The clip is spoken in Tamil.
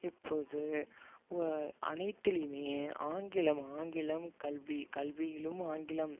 இப்போது வ அனைத்திலுமே ஆங்கிலம் ஆங்கிலம் கல்வி கல்வியிலும் ஆங்கிலம்